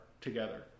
together